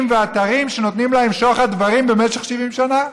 ואתרים שנותנים להם שוחד דברים במשך 70 שנה: